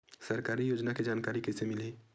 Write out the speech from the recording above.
सरकारी योजना के जानकारी कइसे मिलही?